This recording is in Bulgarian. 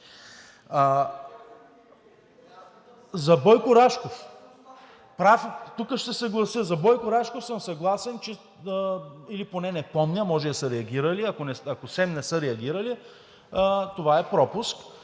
За Бойко Рашков – тук ще се съглася. За Бойко Рашков съм съгласен или поне не помня, може да са реагирали, ако СЕМ не са реагирали, това е пропуск.